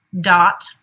dot